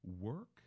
work